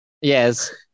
yes